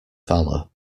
valour